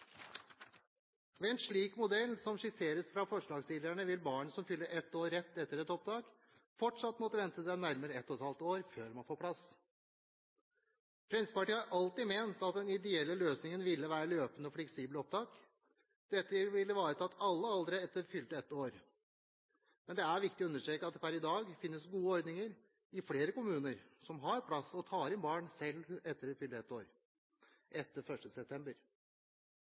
Ved en slik modell som skisseres fra forslagsstillerne, vil et barn som fyller ett år rett etter opptak, fortsatt måtte vente til det er nærmere ett og et halvt år før det får plass. Fremskrittspartiet har alltid ment at den ideelle løsningen ville være løpende og fleksible opptak. Dette ville ivaretatt alle aldre etter fylte ett år. Men det er viktig å understreke at det per i dag finnes gode ordninger i flere kommuner som har plass, og som tar inn barn selv om de fyller ett år etter 1. september